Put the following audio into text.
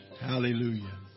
Hallelujah